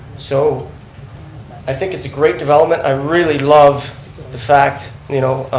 so i think it's a great development. i really love the fact, you know